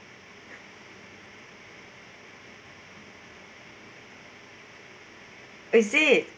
is it